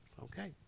Okay